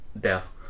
death